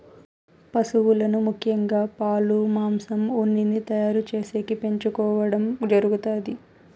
పసువులను ముఖ్యంగా పాలు, మాంసం, ఉన్నిని తయారు చేసేకి పెంచుకోవడం జరుగుతాది